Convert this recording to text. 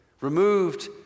removed